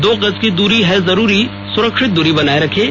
दो गज की दूरी है जरूरी सुरक्षित दूरी बनाए रखें